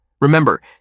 Remember